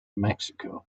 mexico